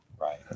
Right